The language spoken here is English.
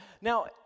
Now